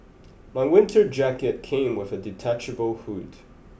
my winter jacket came with a detachable hood